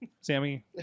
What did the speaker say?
Sammy